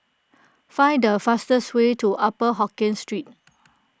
find the fastest way to Upper Hokkien Street